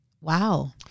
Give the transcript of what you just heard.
Wow